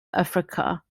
africa